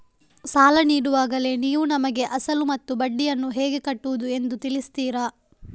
ಸಾಲ ನೀಡುವಾಗಲೇ ನೀವು ನಮಗೆ ಅಸಲು ಮತ್ತು ಬಡ್ಡಿಯನ್ನು ಹೇಗೆ ಕಟ್ಟುವುದು ಎಂದು ತಿಳಿಸುತ್ತೀರಾ?